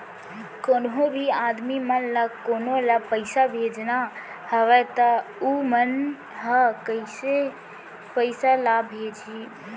कोन्हों भी आदमी मन ला कोनो ला पइसा भेजना हवय त उ मन ह कइसे पइसा ला भेजही?